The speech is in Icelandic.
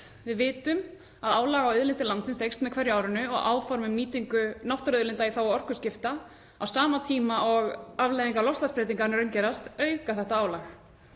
Við vitum að álag á auðlindir landsins eykst með hverju árinu og áform um nýtingu náttúruauðlinda í þágu orkuskipta á sama tíma og afleiðingar loftslagsbreytinga raungerast auka þetta álag.